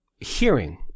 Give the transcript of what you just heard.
hearing